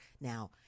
now